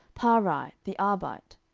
paarai the arbite,